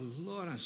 Lord